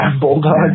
bulldog